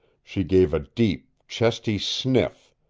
she gave a deep, chesty sniff,